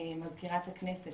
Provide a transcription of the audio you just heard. אני רוצה להודות גם למזכירת הכנסת,